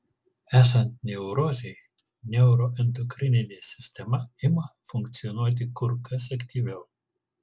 esant neurozei neuroendokrininė sistema ima funkcionuoti kur kas aktyviau